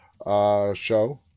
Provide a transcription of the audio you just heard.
show